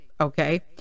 okay